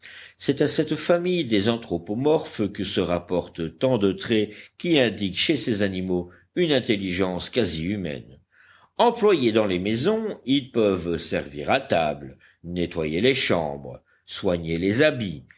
c'est à cette famille des anthropomorphes que se rapportent tant de traits qui indiquent chez ces animaux une intelligence quasihumaine employés dans les maisons ils peuvent servir à table nettoyer les chambres soigner les habits